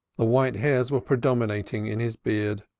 the white hairs were predominating in his beard,